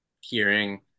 hearing